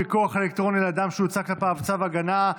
פיקוח אלקטרוני על אדם שהוצא כלפיו צו הגנה),